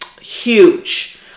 Huge